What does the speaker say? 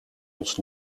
ons